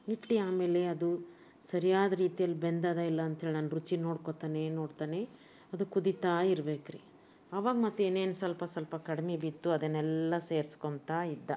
ಇಟ್ಟು ಆಮೇಲೆ ಅದು ಸರಿಯಾದ ರೀತಿಯಲ್ಲಿ ಬೆಂದದೋ ಇಲ್ಲೋ ಅಂಥೇಳಿ ನಾನು ರುಚಿ ನೋಡ್ಕೊಳ್ತಾನೆ ನೋಡ್ತಲೇ ಅದು ಕುದಿತಾ ಇರ್ಬೇಕು ರೀ ಆವಾಗ ಮತ್ತೇನೇನು ಸ್ವಲ್ಪ ಸ್ವಲ್ಪ ಕಡ್ಮೆ ಬಿತ್ತು ಅದನ್ನೆಲ್ಲ ಸೇರ್ಸ್ಕೊಳ್ತಾ ಇದ್ದು